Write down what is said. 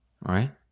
right